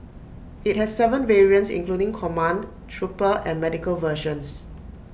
IT has Seven variants including command trooper and medical versions